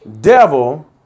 devil